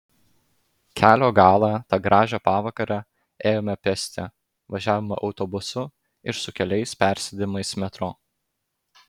kelio galą tą gražią pavakarę ėjome pėsti važiavome autobusu ir su keliais persėdimais metro